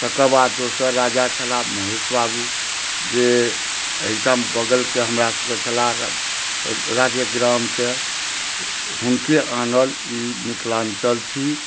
तकर बाद दोसर राजा छला महेश बाबू जे एहिठाम बगलके हमरा सबके छलाह राज्य ग्रामके हुनके आनल ई मिथिलाञ्चल छी